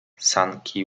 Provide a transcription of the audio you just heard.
sanki